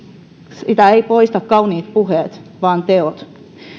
sitä eivät poista kauniit puheet vaan teot